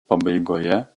pabaigoje